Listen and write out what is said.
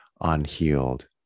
unhealed